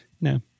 No